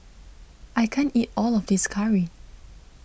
I can't eat all of this Curry